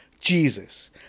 Jesus